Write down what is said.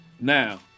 Now